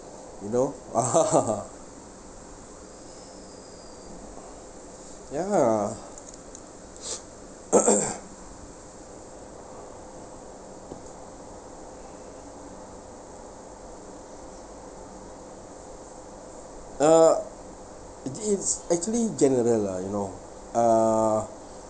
you know ah ya uh it is actually general lah you know uh